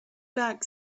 back